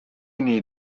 need